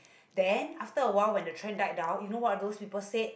then after a while when the trend died down you know what those people said